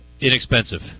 inexpensive